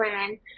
women